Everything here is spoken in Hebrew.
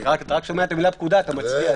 אתה רק שומע את המילה פקודה, אתה מצדיע.